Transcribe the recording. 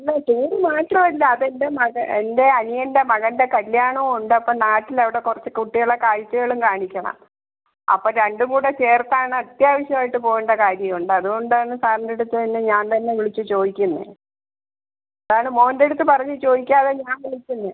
ഇല്ല ടൂറ് മാറ്റാനാവില്ല അതെൻ്റെ മകൻ എൻ്റെ അനിയൻ്റെ മകൻ്റെ കല്ല്യാണം ഉണ്ട് അപ്പം നാട്ടിൽ അവിടെ കുറച്ച് കുട്ടികളെ കാഴ്ചകളും കാണിക്കണം അപ്പം രണ്ടും കൂടെ ചേർത്താണ് അത്യാവശ്യമായിട്ട് പോവേണ്ടത് കാര്യം ഉണ്ട് അത്കൊണ്ടാണ് സാറിൻ്റടുത്ത് തന്നെ ഞാൻ തന്നെ വിളിച്ച് ചോദിക്കുന്നത് അതാണ് മോൻ്റെടുത്ത് പറഞ്ഞ് ചോദിക്കാതെ ഞാൻ വിളിക്കുന്നത്